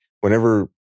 whenever